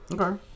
okay